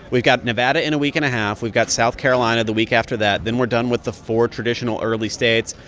we've got nevada in a week and a half. we've got south carolina the week after that, then we're done with the four traditional early states.